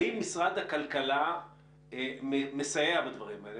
האם משרד הכלכלה מסייע בדברים האלה?